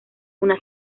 una